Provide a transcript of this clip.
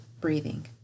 breathing